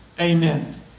amen